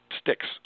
sticks